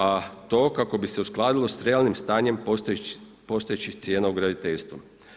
A to kako bi se uskladilo sa realnim stanjem postojećih cijena u graditeljstvu.